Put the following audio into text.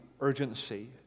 urgency